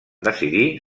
decidir